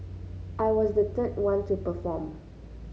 I was the third one to perform